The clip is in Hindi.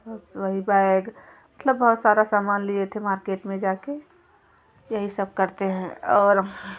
वही बैग मतलब बहुत सारा सामान लिए थे मार्केट में जा कर यही सब करते हैं और